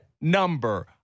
number